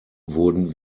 wurden